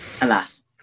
Alas